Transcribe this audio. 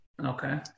Okay